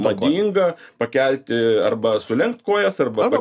madinga pakelti arba sulenkt kojas arba